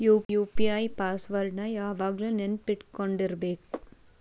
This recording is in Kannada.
ಯು.ಪಿ.ಐ ಪಾಸ್ ವರ್ಡ್ ನ ಯಾವಾಗ್ಲು ನೆನ್ಪಿಟ್ಕೊಂಡಿರ್ಬೇಕು